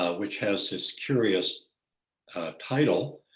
ah which has this curious title,